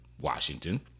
Washington